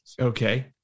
Okay